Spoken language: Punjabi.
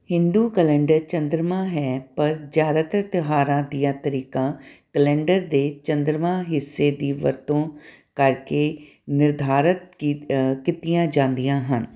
ਹਿੰਦੂ ਕੈਲੰਡਰ ਚੰਦਰਮਾ ਹੈ ਪਰ ਜ਼ਿਆਦਾਤਰ ਤਿਉਹਾਰਾਂ ਦੀਆਂ ਤਰੀਕਾਂ ਕੈਲੰਡਰ ਦੇ ਚੰਦਰਮਾ ਹਿੱਸੇ ਦੀ ਵਰਤੋਂ ਕਰਕੇ ਨਿਰਧਾਰਤ ਕੀ ਕੀਤੀਆਂ ਜਾਂਦੀਆਂ ਹਨ